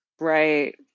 Right